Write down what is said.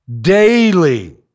daily